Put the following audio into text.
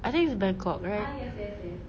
I think it's bangkok right